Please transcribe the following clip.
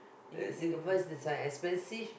uh Singapore this one expensive